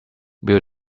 milk